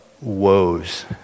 woes